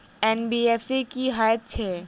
NBFC की हएत छै?